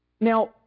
Now